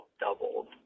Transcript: doubled